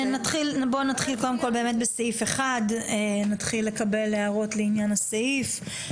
בואו נתחיל קודם כל באמת בסעיף 1. נתחיל לקבל הערות לעניין הסעיף,